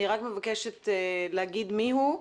אני רק מבקשת להגיד מיהו.